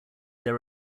there